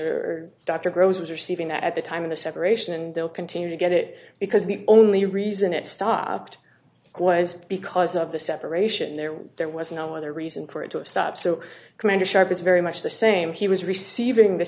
or dr grose was receiving that at the time of the separation and they'll continue to get it because the only reason it stopped was because of the separation there there was no other reason for it to a stop so commander sharp is very much the same he was receiving the